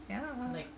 ya